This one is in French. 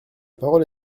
parole